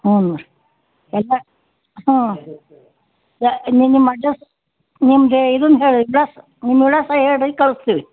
ಹ್ಞೂ ರೀ ಎಲ್ಲ ಹ್ಞೂ ಯ ನಿಮ್ಮ ನಿಮ್ಮ ಅಡ್ರಸ್ ನಿಮ್ದು ಇದನ್ನು ಹೇಳಿ ವಿಳಾಸ ನಿಮ್ಮ ವಿಳಾಸ ಹೇಳಿರಿ ಕಳಿಸ್ತೀವಿ